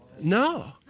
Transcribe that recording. No